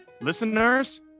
listeners